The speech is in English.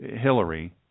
Hillary